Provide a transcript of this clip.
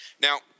Now